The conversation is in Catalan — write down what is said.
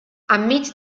enmig